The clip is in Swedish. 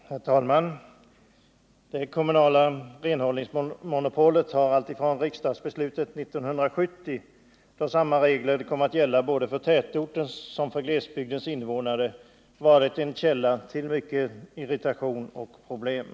Herr talman! Det kommunala renhållningsmonopolet har alltifrån riksdagsbeslutet 1970, då samma regler kom att gälla för både tätortens och glesbygdens invånare, varit en källa till mycket irritation och åstadkommit många problem.